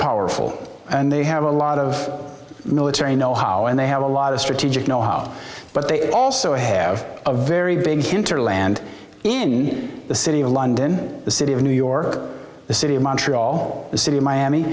powerful and they have a lot of military know how and they have a lot of strategic know how but they also have a very big hinterland in the city of london the city of new york the city of montreal the city of miami